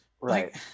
Right